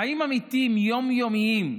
חיים אמיתיים, יום-יומיים.